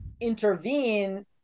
intervene